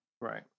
Right